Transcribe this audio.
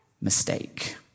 mistake